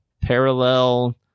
parallel